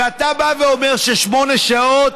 ואתה בא ואומר ששמונה שעות